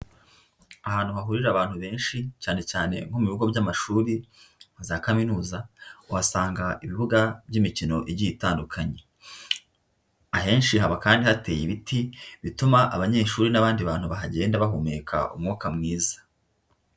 Ahantu hahurira abantu benshi cyane cyane nko mu bigo by'amashuri, nka za kaminuza uhasanga ibibuga by'imikino igiye itandukanye, ahenshi haba kandi hateye ibiti bituma abanyeshuri n'abandi bahagenda bahumeka umwuka mwiza.